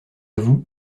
vous